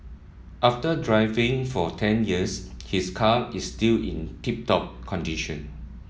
after driving for ten years his car is still in tip top condition